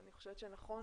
אני חושבת שנכון